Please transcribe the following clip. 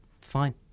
Fine